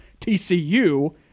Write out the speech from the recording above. TCU